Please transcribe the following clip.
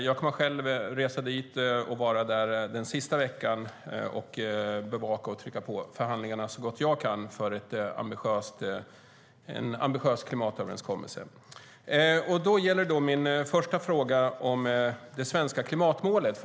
Jag kommer själv att resa dit och vara där den sista veckan för att bevaka och trycka på förhandlingarna så gott jag kan för en ambitiös klimatöverenskommelse. Min första fråga gäller det svenska klimatmålet.